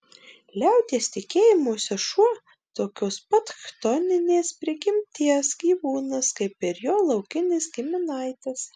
liaudies tikėjimuose šuo tokios pat chtoninės prigimties gyvūnas kaip ir jo laukinis giminaitis